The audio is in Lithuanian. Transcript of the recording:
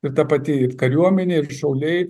ir ta pati kariuomenė ir šauliai